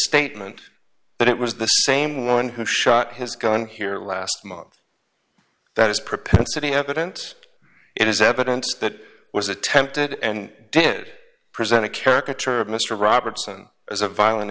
statement but it was the same one who shot his gun here last month that is propensity evidence it is evidence that was attempted and did present a caricature of mr robertson as a violent